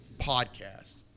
podcast